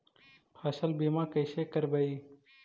फसल बीमा कैसे करबइ?